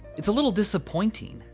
it's a little disappointing.